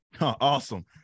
awesome